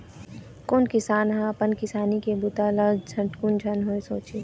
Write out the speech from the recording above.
कोन किसान ह अपन किसानी के बूता ल झटकुन झन होवय सोचही